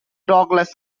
douglas